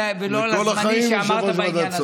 ואני חושב שאנחנו חייבים לתת להם גיבוי,